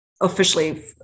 officially